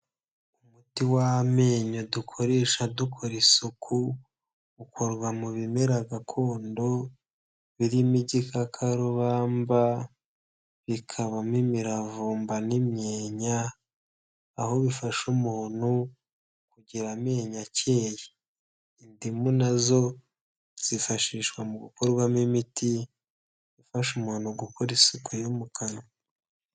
Umuti w'amenyo dukoresha dukora isuku, ukorwa mu bimera gakondo, birimo igikakarubamba, bikabamo imiravumba n'imyenya, aho bifasha umuntu kugira amenyo akeye, indimu na zo zifashishwa mu gukorwamo imiti, ifasha umuntu gukora isuku yo mu kanwa.